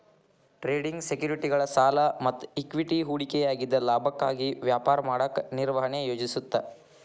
trading ಸೆಕ್ಯುರಿಟಿಗಳ ಸಾಲ ಮತ್ತ ಇಕ್ವಿಟಿ ಹೂಡಿಕೆಯಾಗಿದ್ದ ಲಾಭಕ್ಕಾಗಿ ವ್ಯಾಪಾರ ಮಾಡಕ ನಿರ್ವಹಣೆ ಯೋಜಿಸುತ್ತ